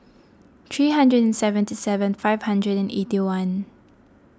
three hundred and seventy seven five hundred and eighty one